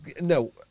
No